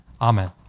Amen